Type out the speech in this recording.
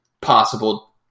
possible